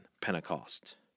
Pentecost